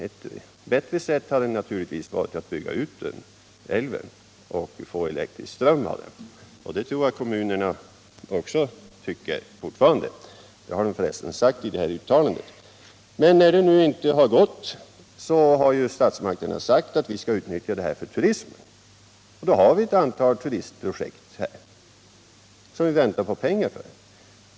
Ett bättre sätt hade naturligtvis varit att bygga ut älven och få elektrisk ström. Jag tror att kommunerna tycker så fortfarande — det har de för resten sagt i det här uttalandet. När det nu inte har gått har statsmakterna sagt att vi skall utnyttja området för turism, och vi har nu ett antal turistprojekt som vi väntar att få pengar till.